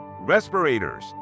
respirators